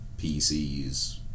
PCs